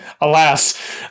Alas